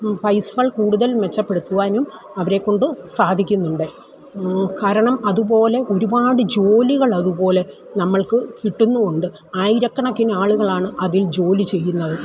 പൈസകൾ കൂടുതൽ മെച്ചപ്പെടുത്തുവാനും അവരെ കൊണ്ട് സാധിക്കുന്നുണ്ട് കാരണം അതുപോലെ ഒരുപാട് ജോലികൾ അതുപോലെ നമ്മൾക്ക് കിട്ടുന്നുവുണ്ട് ആയിരക്കണക്കിന് ആളുകളാണ് അതിൽ ജോലി ചെയ്യുന്നത്